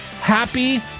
happy